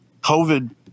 COVID